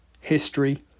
history